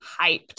hyped